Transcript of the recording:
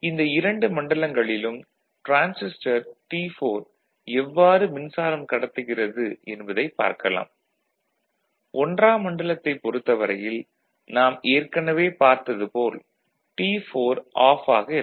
இந்த இரண்டு மண்டலங்களிலும் டிரான்சிஸ்டர் T4 எவ்வாறு மின்சாரம் கடத்துகிறது என்பதைப் பார்க்கலாம் 1ம் மண்டலத்தைப் பொறுத்தவரையில் நாம் ஏற்கனவே பார்த்தது போல் T4 ஆஃப் ஆக இருக்கும்